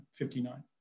59